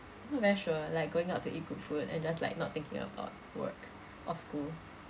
not very sure like going out to eat good food and just like not thinking about work or school